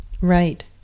right